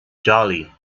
jolly